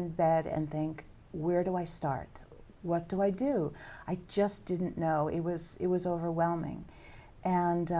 in bed and think where do i start what do i do i just didn't know it was it was overwhelming and